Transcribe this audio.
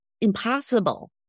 impossible